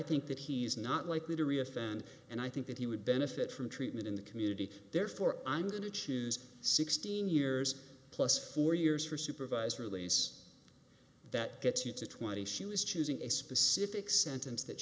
think that he is not likely to re offend and i think that he would benefit from treatment in the community therefore i'm going to choose sixteen years plus four years for supervised release that gets you to twenty she was choosing a specific sentence that